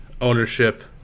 ownership